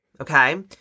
okay